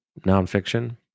nonfiction